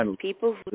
people